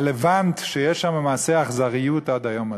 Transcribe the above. הלבנט, שיש שם מעשי אכזריות עד היום הזה.